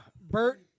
Bert